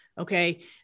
Okay